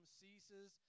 ceases